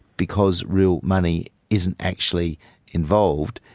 because real money isn't actually involved,